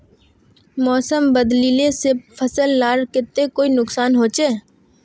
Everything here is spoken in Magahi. मौसम बदलिले से फसल लार केते कोई नुकसान होचए?